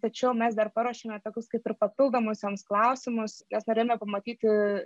tačiau mes dar paruošėme tokius kaip ir papildomos joms klausimus nes norėjome pamatyti